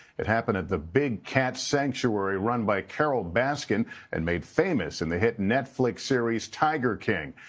it happened at the big cat sanctuary run by carole baskin and made famous in the hit netflix series tiger king.